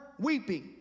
weeping